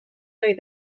ohi